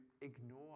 ignore